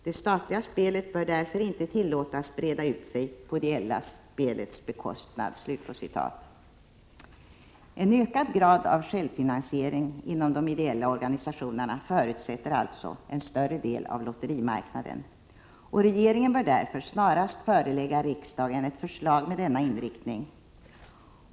Det statliga spelet bör därför inte tillåtas breda ut sig på det ideella spelets bekostnad.” En ökad grad av självfinansiering inom de ideella organisationerna förutsätter alltså en större del av lotterimarknaden, och regeringen bör därför snarast förelägga riksdagen ett förslag med denna inriktning.